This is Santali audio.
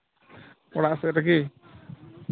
ᱚᱲᱟᱜ ᱥᱮᱫ ᱨᱮᱜᱮ